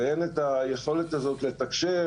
ואין את היכולת הזאת לתקשר,